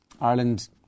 Ireland